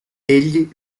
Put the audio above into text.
egli